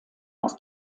aus